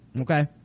Okay